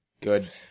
Good